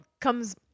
comes